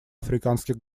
африканских